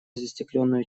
застекленную